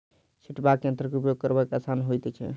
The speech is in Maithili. छिटबाक यंत्रक उपयोग करब आसान होइत छै